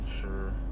sure